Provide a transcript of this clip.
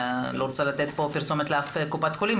אני לא רוצה לתת פה פרסומת לאף קופת חולים,